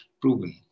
proven